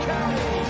County